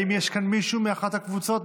האם יש כאן מישהו מאחת הקבוצות,